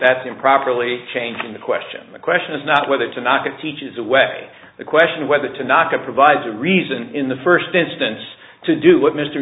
that's improperly changing the question the question is not whether to knock it teaches away the question of whether to knock it provides a reason in the first instance to do what mr